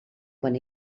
quan